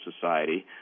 Society